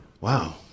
wow